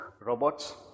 robots